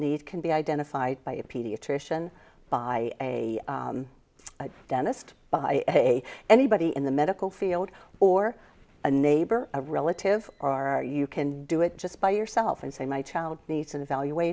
need can be identified by a pediatrician by a dentist by a anybody in the medical field or a neighbor or relative are you can do it just by yourself and say my child needs an evaluat